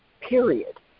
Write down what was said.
period